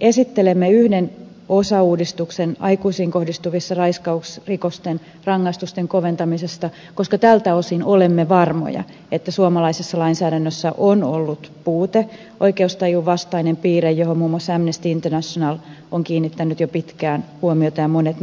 esittelen yhden osauudistuksen koskien aikuisiin kohdistuvien raiskausrikosten rangaistusten koventamista koska tältä osin olemme varmoja että suomalaisessa lainsäädännössä on ollut puute oikeustajun vastainen piirre johon muun muassa amnesty international ja monet naisjärjestöt ovat kiinnittäneet jo pitkään huomiota